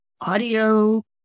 audio